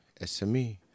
SME